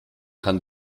kann